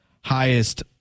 highest